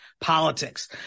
politics